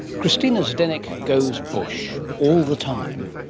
christina zdenek goes bush. all the time.